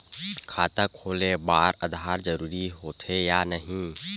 खाता खोले बार आधार जरूरी हो थे या नहीं?